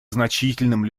значительным